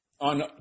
on